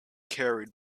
carried